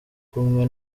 kumwe